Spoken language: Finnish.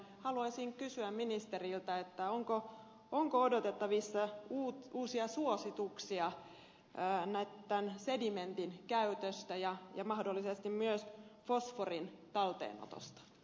haluaisin kysyä ministeriltä onko odotettavissa uusia suosituksia tämän sedimentin käytöstä ja mahdollisesti myös fosforin talteenotosta